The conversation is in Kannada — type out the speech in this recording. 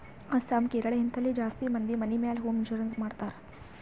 ಅಸ್ಸಾಂ, ಕೇರಳ, ಹಿಂತಲ್ಲಿ ಜಾಸ್ತಿ ಮಂದಿ ಮನಿ ಮ್ಯಾಲ ಹೋಂ ಇನ್ಸೂರೆನ್ಸ್ ಮಾಡ್ತಾರ್